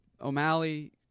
O'Malley